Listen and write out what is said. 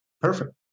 Perfect